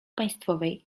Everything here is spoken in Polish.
państwowej